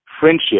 Friendship